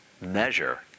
measure